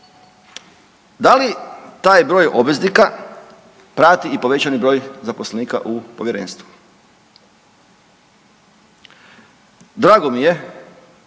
Da li taj broj obveznika prati i povećani broj zaposlenika u povjerenstvu? Drago mi je